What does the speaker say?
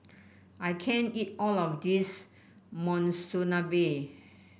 I can't eat all of this Monsunabe